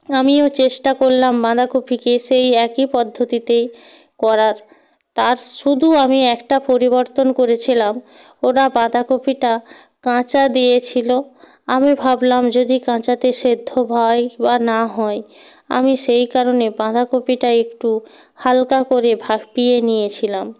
আমিও চেষ্টা করলাম বাঁধাকপিকে সেই একই পদ্ধতিতে করার তার শুদু আমি একটা পরিবর্তন করেছিলাম ওরা বাঁধাকপিটা কাঁচা দিয়েছিলো আমি ভাবলাম যদি কাঁচাতে সেদ্ধ ভয় বা না হয় আমি সেই কারণে বাঁধাকপিটা একটু হালকা করে ভাপিয়ে নিয়েছিলাম